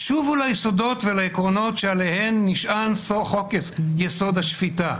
שובו ליסודות ולעקרונות שעליהם נשען חוק יסוד: השפיטה,